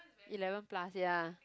eleven plus ya